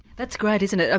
that's great isn't it. ah